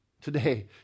today